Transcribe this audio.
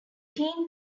teen